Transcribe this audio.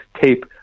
tape